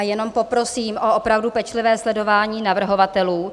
Jenom poprosím o opravdu pečlivé sledování navrhovatelů.